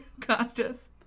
Costas